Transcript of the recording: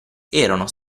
erano